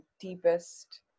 deepest